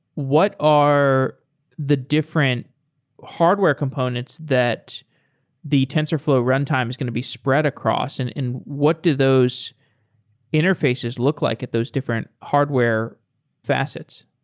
what are the different hardware components that the tensorflow runtime is going to be spread across and what do those interfaces look like at those different hardware facets?